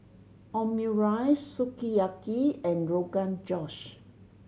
Omurice Sukiyaki and Rogan Josh